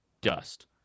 dust